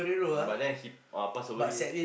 but then he uh pass away